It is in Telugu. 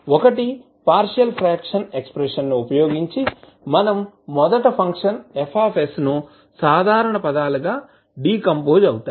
ఒకటిపార్షియల్ ఫ్రాక్షన్ ఎక్సపెన్షన్ ను ఉపయోగించి మనం మొదట ఫంక్షన్ F ను సాధారణ పదాలుగా డీకంపోజ్ అవుతాయి